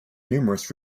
numerous